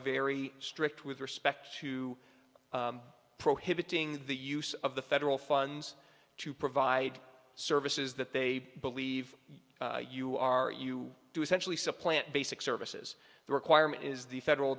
very strict with respect to prohibiting the use of the federal funds to provide services that they believe you are you do essentially supplant basic services the requirement is the federal